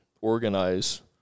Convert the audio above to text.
organize